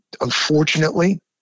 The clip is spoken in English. unfortunately